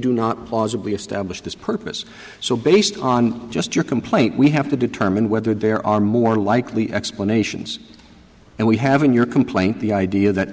do not plausibly establish this purpose so based on just your complaint we have to determine whether there are more likely explanations and we have in your complaint the idea that